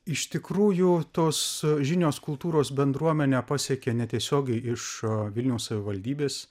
iš tikrųjų tos žinios kultūros bendruomenę pasiekė netiesiogiai iš vilniaus savivaldybės